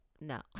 no